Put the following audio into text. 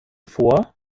vor